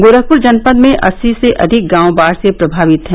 गोरखपुर जनपद में अस्सी से अधिक गांव बाढ़ से प्रभावित हैं